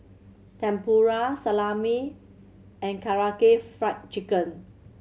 Tempura Salami and Karaage Fried Chicken